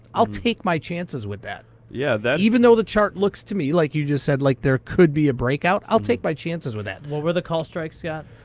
i'll take my chances with that. yeah even though the chart looks to me, like you just said, like there could be a breakout, i'll take my chances with that. what were the call strikes, scott?